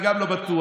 אני גם לא בטוח,